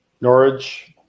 Norwich